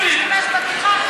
שלוש דקות.